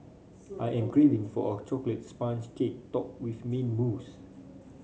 I am craving for a chocolate sponge cake topped with mint mousse